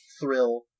thrill